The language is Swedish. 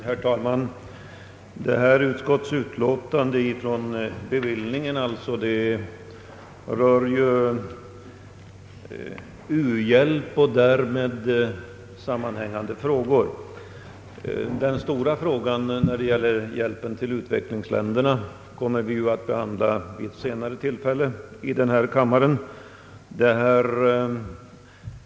Herr talman! Bevillningsutskottets betänkande rör visserligen u-hjälpen och därmed sammanhängande frågor, men den stora frågan när det gäller hjälpen till utvecklingsländerna kommer att behandlas vid ett senare tillfälle i denna kammare.